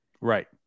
Right